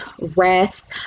rest